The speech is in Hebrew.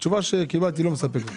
התשובה שקיבלתי לא מספקת.